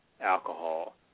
alcohol